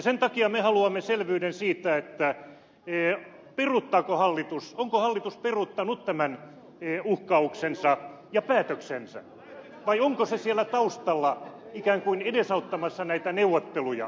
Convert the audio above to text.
sen takia me haluamme selvyyden siitä onko hallitus peruuttanut tämän uhkauksensa ja päätöksensä vai onko se siellä taustalla ikään kuin edesauttamassa näitä neuvotteluja